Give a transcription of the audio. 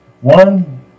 One